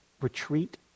retreat